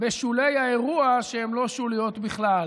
בשולי האירוע שהן לא שוליות בכלל.